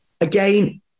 Again